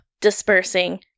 dispersing